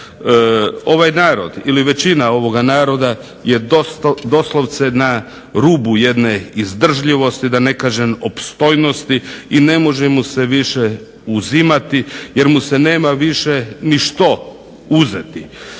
Ovaj narod ili većina ovoga naroda je doslovce na rubu jedne izdržljivosti, da ne kažem opstojnosti i ne može mu se više uzimati jer mu se nema više ni što uzeti.